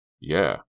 Yeah